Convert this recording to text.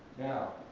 now,